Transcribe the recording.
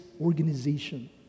organization